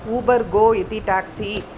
Uber Go इति taxi